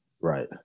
Right